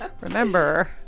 remember